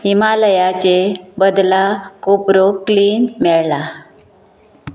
हिमालयाचे बदला कोपरो क्लीन मेळ्ळां